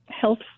health